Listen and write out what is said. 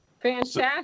Fantastic